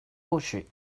rochers